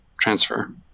transfer